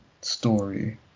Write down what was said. story